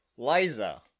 Liza